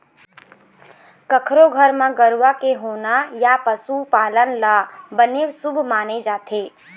कखरो घर म गरूवा के होना या पशु पालन ल बने शुभ माने जाथे